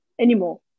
anymore